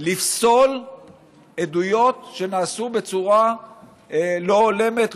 לפסול עדויות שנעשו בצורה לא הולמת,